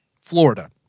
Florida